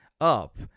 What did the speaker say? up